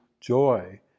joy